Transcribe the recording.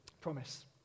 Promise